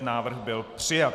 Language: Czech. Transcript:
Návrh byl přijat.